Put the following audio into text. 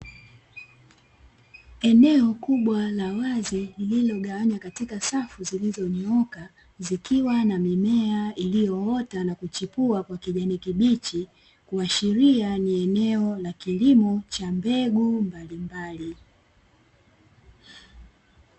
Eneo kubwa la wazi lililogawanywa katika safu zilizonyooka zikiwa na mimea iliyoota na kuchipua kwa kijani kibichi, kuashiria ni eneo la kilimo cha mbegu mbalimbali.